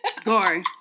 Sorry